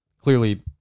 clearly